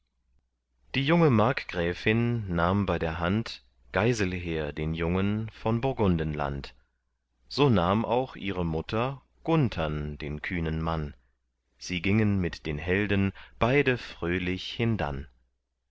die junge markgräfin nahm bei der hand geiselher den jungen von burgundenland so nahm auch ihre mutter gunthern den kühnen mann sie gingen mit den helden beide fröhlich hindann